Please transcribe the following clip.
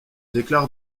déclare